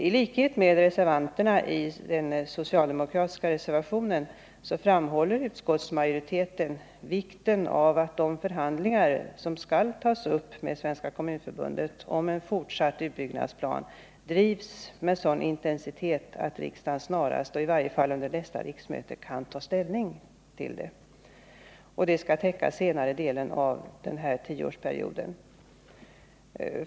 I likhet med de socialdemokratiska reservanterna framhåller utskottsmajoriteten vikten av att de förhandlingar som skall tas upp med Kommunförbundet om en plan för fortsatt utbyggnad drivs med sådan intensitet att riksdagen snarast och i varje fall under nästa riksmöte kan ta ställning till en plan för senare delen av tioårsperioden.